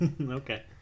Okay